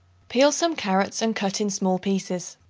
peel some carrots and cut in small pieces.